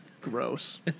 Gross